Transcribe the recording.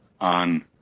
on